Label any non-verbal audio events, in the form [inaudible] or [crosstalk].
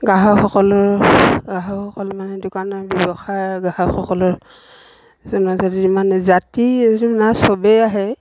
গ্ৰাহকসকলৰ গ্ৰাহকসকল মানে দোকানৰ ব্যৱসায়ৰ গ্ৰাহকসকলৰ [unintelligible] জাতি মানে জাতি [unintelligible] নাই চবেই আহে